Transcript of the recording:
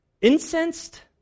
incensed